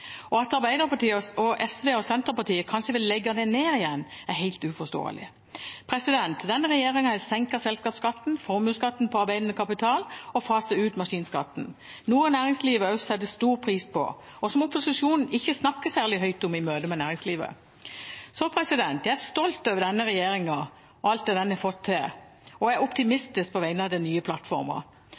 og at Arbeiderpartiet, SV og Senterpartiet kanskje vil legge det ned igjen, er helt uforståelig. Denne regjeringen har senket selskapsskatten, formuesskatten på arbeidende kapital og faser ut maskinskatten, noe næringslivet også setter stor pris på, og som opposisjonen ikke snakker særlig høyt om i møte med næringslivet. Jeg er stolt over alt denne regjeringen har fått til, og jeg er optimistisk på vegne av den nye